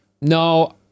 no